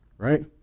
right